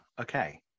okay